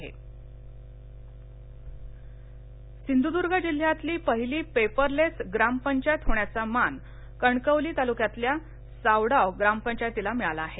voice कास्टसिंधुदुर्गः सिंधूदर्ग जिल्ह्यातली पहिली पेपरलेस ग्रामपंचायत होण्याचा मान कणकवली तालुक्यातल्या सावडाव ग्रामपंचायतीला मिळाला आहे